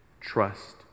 Trust